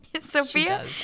Sophia